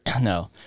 no